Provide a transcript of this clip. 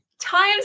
Times